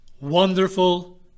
wonderful